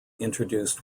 introduced